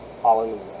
Hallelujah